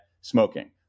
smoking